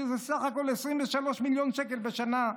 שזה סך הכול 23 מיליון שקל בשנה.